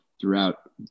throughout